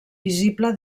visible